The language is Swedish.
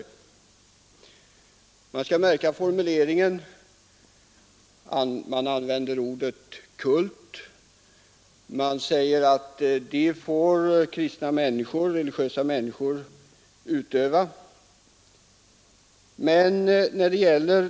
Man skall lägga märke till formuleringen. Ordet kult används, och man säger att religiösa människor får utöva kult.